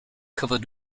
covered